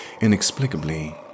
inexplicably